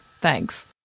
Thanks